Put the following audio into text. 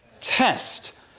test